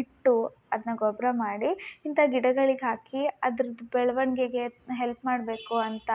ಇಟ್ಟು ಅದನ್ನ ಗೊಬ್ಬರ ಮಾಡಿ ಇಂಥಾ ಗಿಡಗಳಿಗೆ ಹಾಕಿ ಅದ್ರದ್ದು ಬೆಳ್ವಣಿಗೆಗೆ ಹೆಲ್ಪ್ ಮಾಡಬೇಕು ಅಂತ